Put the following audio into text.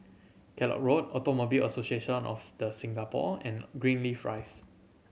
Kellock Road Automobile Association of The Singapore and Greenleaf Rise